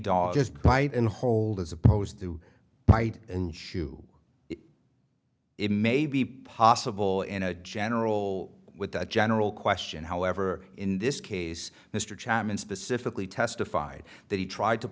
dog just bite and hold as opposed to bite and shoo it may be possible in a general with a general question however in this case mr chapman specifically testified that he tried to